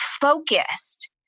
focused